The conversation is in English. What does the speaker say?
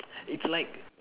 it's like